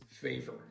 favor